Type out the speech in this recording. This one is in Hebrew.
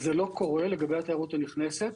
זה לא קורה לגבי התיירות הנכנסת.